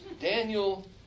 Daniel